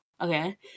Okay